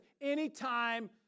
anytime